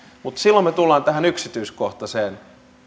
silloin me tulemme tähän yksityiskohtaiseen